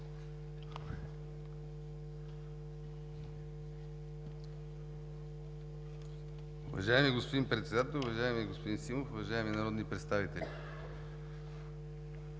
Уважаеми господин Председател, уважаеми господин Симов, уважаеми народни представители!